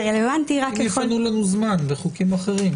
זה רלוונטי רק --- אם יפנו לנו זמן לחוקים אחרים,